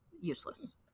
useless